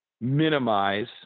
minimize